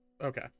Okay